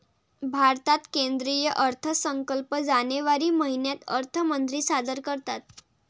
भारतात केंद्रीय अर्थसंकल्प जानेवारी महिन्यात अर्थमंत्री सादर करतात